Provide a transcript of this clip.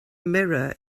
mirror